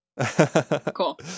Cool